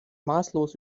maßlos